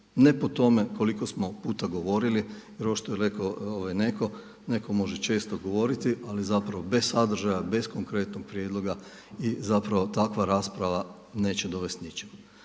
Ne po tome koliko smo puta govorili, jer ovo što je rekao netko, netko može često govoriti ali zapravo bez sadržaja, bez konkretnog prijedloga i zapravo takva rasprava neće dovesti ničemu.